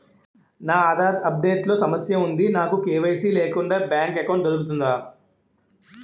నా Aadhaar update లో సమస్య వుంది నాకు కే.వై.సీ లేకుండా బ్యాంక్ ఎకౌంట్దొ రుకుతుందా?